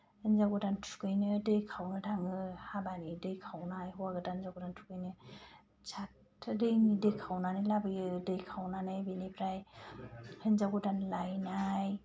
हिनजाव गोदान थुखैनो दै खावनो थाङो हाबानि दै खावनाय हौवा गोदान हिनजाव गोदान थुखैनो दैनि दै खावनानै लाबोयो दै खावनानै बिनिफ्राय हिनजाव गोदान लायनाय